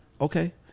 okay